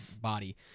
body